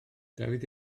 dafydd